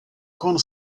con